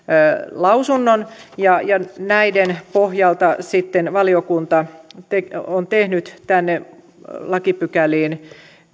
lausunnon näiden pohjalta sitten valiokunta on tehnyt tänne lakipykäliin